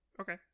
Okay